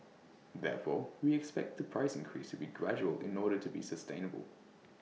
therefore we expect the price increase to be gradual in order to be sustainable